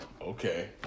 okay